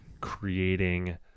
Creating